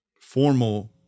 formal